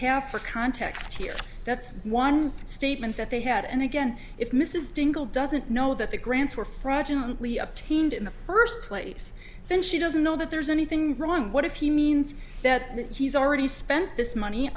have for context here that's one statement that they had and again if mrs dingell doesn't know that the grants were fraudulent we obtained in the first place then she doesn't know that there's anything wrong what if he means that she's already spent this money